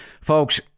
folks